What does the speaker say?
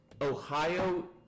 Ohio